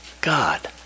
God